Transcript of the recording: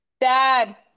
Dad